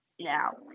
now